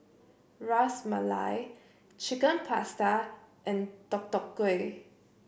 Ras Malai Chicken Pasta and Deodeok Gui